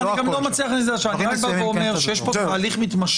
אני רק בא ואומר שיש פה תהליך מתמשך.